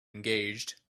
engaged